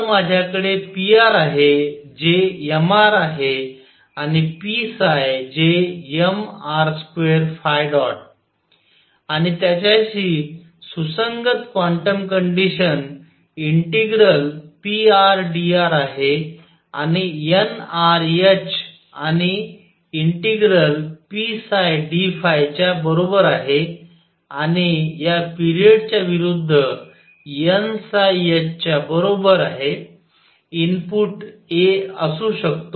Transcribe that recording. तर माझ्याकडे pr आहे जे mr आहे आणि p जे mr2ϕ ̇ आणि त्याच्याशी सुसंगत क्वांटम कंडिशन्स ∫prdr आहे आणि nr h आणि ∫pdϕ च्या बरोबर आहे आणि या पिरियड च्या विरुद्ध nh च्या बरोबर आहे इनपुट a असू शकतो